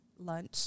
lunch